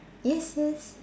yes yes